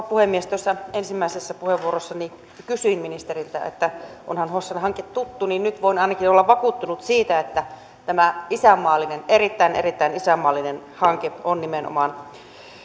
puhemies ensimmäisessä puheenvuorossani kysyin ministeriltä että onhan hossan hanke tuttu ja nyt voin ainakin olla vakuuttunut siitä että tämä isänmaallinen erittäin erittäin isänmaallinen hanke on nimenomaan